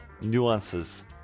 nuances